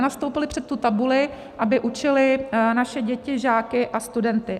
Nenastoupili před tu tabuli, aby učili naše děti, žáky a studenty.